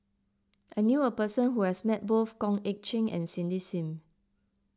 I knew a person who has met both Goh Eck Kheng and Cindy Sim